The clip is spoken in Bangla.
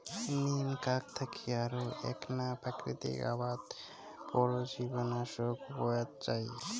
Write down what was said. নিম ক্যাক থাকি আরো এ্যাকনা প্রাকৃতিক আবাদ পরজীবীনাশক পাওয়াঙ যাই